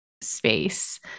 space